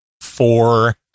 four